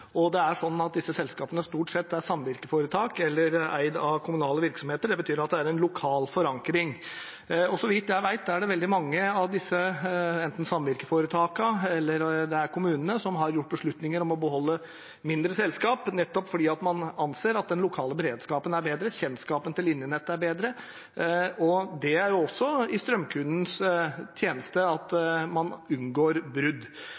Det er sånn at disse selskapene stort sett er samvirkeforetak eller eid av kommunale virksomheter. Det betyr at det er en lokal forankring. Så vidt jeg vet, er det veldig mange av disse, enten samvirkeforetakene eller kommunene, som har tatt beslutninger om å beholde mindre selskap nettopp fordi man anser at den lokale beredskapen er bedre, kjennskapen til linjenettet er bedre. Det er også i strømkundens tjeneste at man unngår brudd.